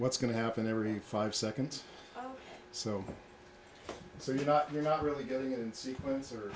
what's going to happen every five seconds or so so you're not you're not really doing it in sequence or